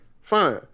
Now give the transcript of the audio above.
Fine